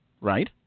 right